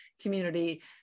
community